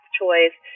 choice